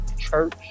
church